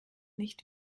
nicht